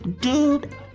Dude